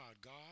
God